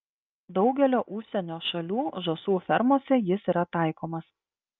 daugelio užsienio šalių žąsų fermose jis yra taikomas